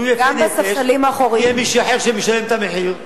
תהיו יפי נפש כי יהיה מישהו אחר שישלם את המחיר.